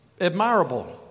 admirable